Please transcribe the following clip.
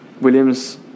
Williams